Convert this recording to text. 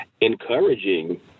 encouraging